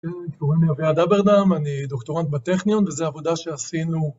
קוראים לי אביעד אברדם, אני דוקטורנט בטכניון וזו עבודה שעשינו